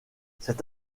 cet